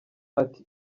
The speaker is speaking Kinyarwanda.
ati